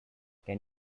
can